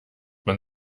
man